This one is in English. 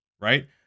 Right